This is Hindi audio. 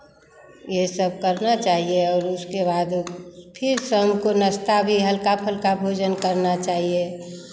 ये सब करना चाहिए और उसके बाद फिर शाम को नाश्ता भी हल्का फुल्का भोजन करना चाहिए